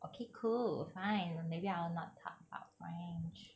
okay cool fine mm maybe I will not talk talk french